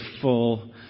full